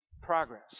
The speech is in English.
Progress